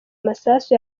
masasu